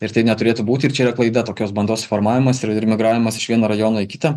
ir tai neturėtų būti ir čia yra klaida tokios bandos formavimas ir ir migravimas iš vieno rajono į kitą